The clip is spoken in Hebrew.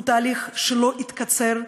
הוא תהליך שלא התקצר,